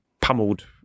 pummeled